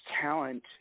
talent